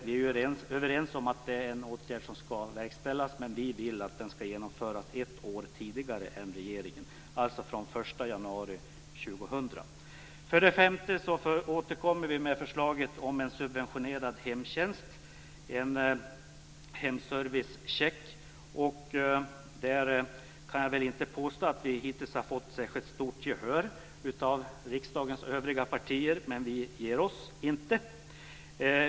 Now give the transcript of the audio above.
Vi är överens om att det är en åtgärd som ska verkställas, men vi vill att den ska genomföras ett år tidigare än regeringen, alltså från den 1 januari år 2000. För det femte återkommer vi med förslaget om en subventionerad hemtjänst, en hemservicecheck. Där kan jag väl inte påstå att vi hittills har fått särskilt stort gehör från riksdagens övriga partier, men vi ger oss inte.